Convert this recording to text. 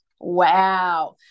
wow